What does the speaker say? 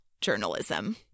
journalism